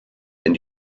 and